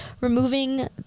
removing